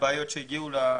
מהבעיות שהגיעו לשולחני.